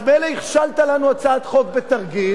אז מילא הכשלת לנו הצעת חוק בתרגיל,